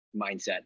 Mindset